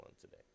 today